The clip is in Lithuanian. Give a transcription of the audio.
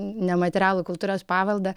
nematerialų kultūros paveldą